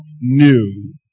new